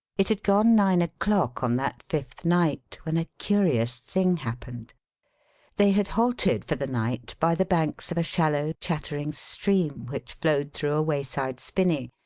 it had gone nine o'clock on that fifth night when a curious thing happened they had halted for the night by the banks of a shallow, chattering stream which flowed through a wayside spinney,